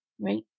Right